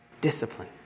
Discipline